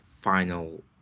final